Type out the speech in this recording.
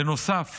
בנוסף